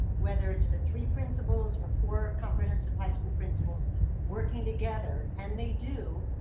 whether it's the three principals or four comprehensive high school principals working together. and they do,